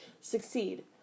Succeed